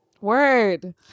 Word